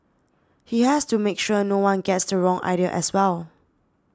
he has to make sure no one gets the wrong idea as well